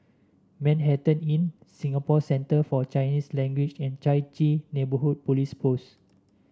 Manhattan Inn Singapore Center For Chinese Language and Chai Chee Neighbourhood Police Post